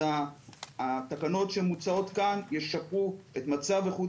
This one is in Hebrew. אז התקנות שמוצעות כאן ישפרו את מצב איכות